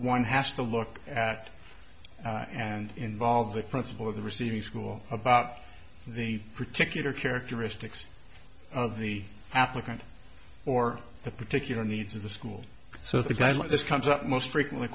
one has to look at and involve the principal of the receiving school about the particular characteristics of the applicant or the particular needs of the school so the guys like this comes up most frequently